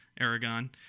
Aragon